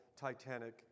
Titanic